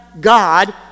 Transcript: God